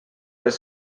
les